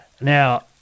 Now